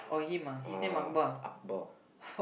uh akbar